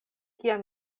kiam